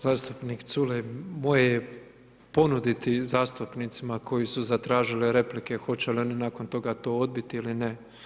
Zastupnik Culej, moje je ponuditi zastupnicima koji su zatražili replike, hoće li oni nakon toga to odbiti ili ne.